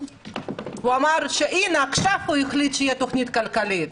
הוא אמר שהנה עכשיו הוא החליט שתהיה תוכנית כלכלית,